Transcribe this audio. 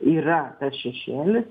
yra šešėlis